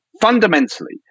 fundamentally